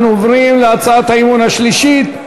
אנחנו עוברים להצעת האי-אמון השלישית: